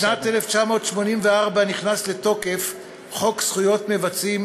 בשנת 1984 נכנס לתוקף חוק זכויות מבצעים,